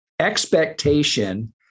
expectation